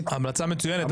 המלצה מצוינת.